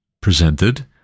presented